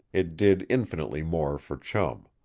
it did infinitely more for chum.